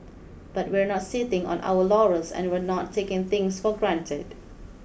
but we're not sitting on our laurels and we're not taking things for granted